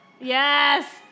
Yes